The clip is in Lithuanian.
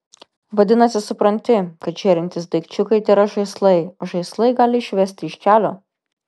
vadinasi supranti kad žėrintys daikčiukai tėra žaislai o žaislai gali išvesti iš kelio